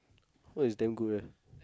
oh is damn good right